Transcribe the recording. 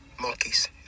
monkeys